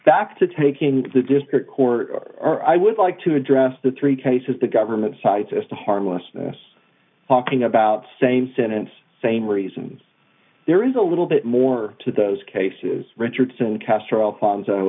back to take in the district court are i would like to address the three cases the government side just a harmless talking about same sentence same reason there is a little bit more to those cases richardson castro alfon